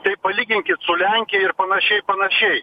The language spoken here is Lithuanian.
tai palyginkit su lenkija ir panašiai panašiai